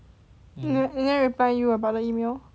they they never reply you about the email